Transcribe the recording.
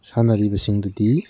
ꯁꯥꯟꯅꯔꯤꯕꯁꯤꯡꯗꯨꯗꯤ